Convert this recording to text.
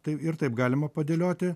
taip ir taip galima padėlioti